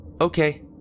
Okay